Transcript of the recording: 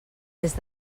des